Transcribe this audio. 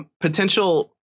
potential